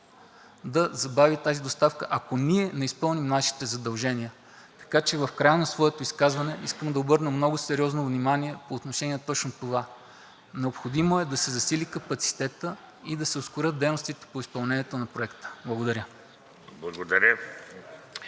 да забави тази доставка, ако не изпълним нашите задължения. В края на своето изказване искам да обърна много сериозно внимание по отношение точно това – необходимо е да се засили капацитетът и да се ускорят дейностите по изпълнението на Проекта. Благодаря.